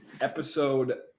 episode